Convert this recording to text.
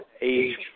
age